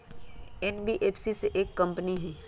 NBFC एक company हई?